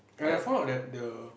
and I found out that the